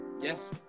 Yes